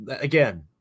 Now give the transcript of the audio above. Again